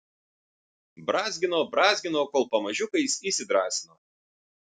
brązgino brązgino kol pamažiukais įsidrąsino